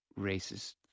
racist